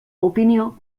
opinió